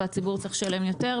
והציבור צריך לשלם יותר,